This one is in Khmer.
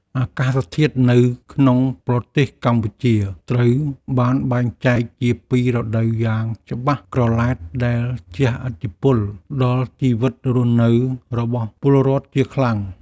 អាកាសធាតុនៅក្នុងប្រទេសកម្ពុជាត្រូវបានបែងចែកជាពីររដូវយ៉ាងច្បាស់ក្រឡែតដែលជះឥទ្ធិពលដល់ជីវិតរស់នៅរបស់ពលរដ្ឋជាខ្លាំង។